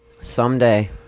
someday